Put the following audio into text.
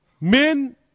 men